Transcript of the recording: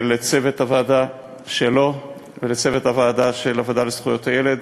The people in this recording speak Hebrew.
לצוות הוועדה שלו ולצוות הוועדה של הוועדה לזכויות הילד,